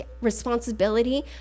responsibility